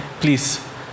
please